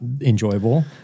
enjoyable